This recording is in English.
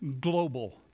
global